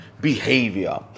behavior